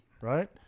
Right